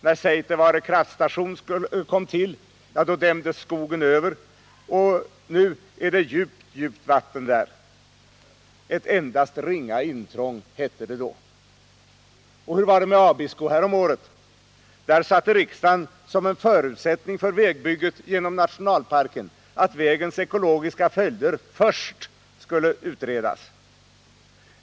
När Seitevare kraftstation kom till dämdes skogen över, och nu är där djupt, djupt vatten. ”Ett endast ringa intrång”, hette det då. Och hur var det med Abisko häromåret? Där satte riksdagen som en förutsättning för vägbygget genom nationalparken att vägens ekologiska följder först skulle utredas.